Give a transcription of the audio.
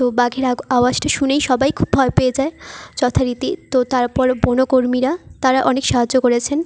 তো বাঘের আওয়াজটা শুনেই সবাই খুব ভয় পেয়ে যায় যথারীতি তো তারপরে বনকর্মীরা তারা অনেক সাহায্য করেছেন